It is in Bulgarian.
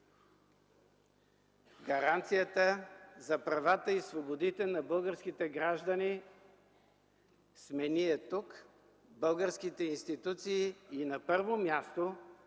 гаранцията за правата и свободите на българските граждани сме ние тук, българските институции и на първо място